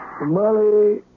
Molly